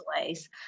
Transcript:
ways